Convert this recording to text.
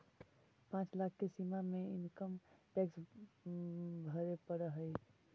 पाँच लाख के सीमा में इनकम टैक्स भरे पड़ऽ हई